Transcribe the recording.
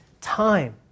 time